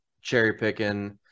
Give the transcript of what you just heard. cherry-picking